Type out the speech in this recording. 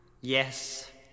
Yes